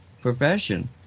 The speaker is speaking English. profession